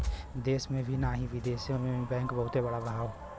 देश में ही नाही बिदेशो मे बैंक बहुते बड़ा बड़ा हौ